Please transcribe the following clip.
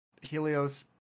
Helios